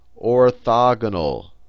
orthogonal